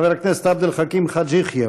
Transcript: חבר הכנסת עבד אל חכים חאג' יחיא,